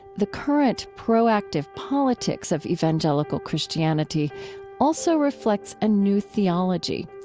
the current proactive politics of evangelical christianity also reflects a new theology,